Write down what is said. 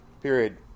Period